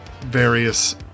various